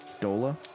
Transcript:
Dola